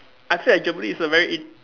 I feel that Germany is a very in~